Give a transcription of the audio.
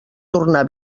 tornar